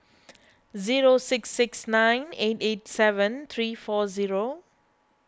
zero six six nine eight eight seven three four zero